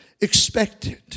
expected